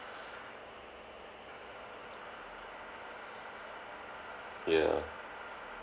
ya